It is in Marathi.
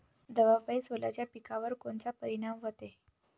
दवापायी सोल्याच्या पिकावर कोनचा परिनाम व्हते?